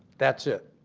that's it.